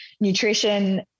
Nutrition